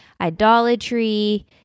idolatry